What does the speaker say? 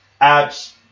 abs